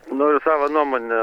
noriu savo nuomonę